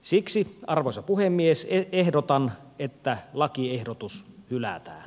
siksi arvoisa puhemies ehdotan että lakiehdotus hylätään